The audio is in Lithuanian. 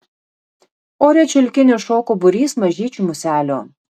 ore čiulkinį šoko būrys mažyčių muselių